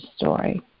story